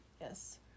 Yes